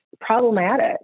problematic